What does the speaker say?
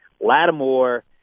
Lattimore